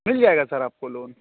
मिल जाएगा सर आपको लोन